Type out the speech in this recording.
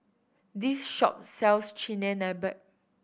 this shop sells Chigenabe